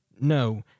no